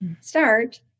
start